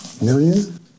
Million